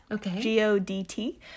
g-o-d-t